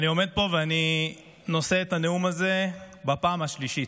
אני עומד פה ואני נושא את הנאום הזה בפעם השלישית: